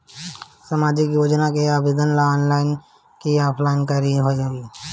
सामाजिक योजना के आवेदन ला ऑनलाइन कि ऑफलाइन करे के होई?